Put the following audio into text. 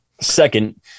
Second